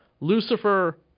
Lucifer